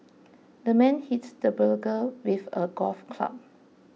the man hit the burglar with a golf club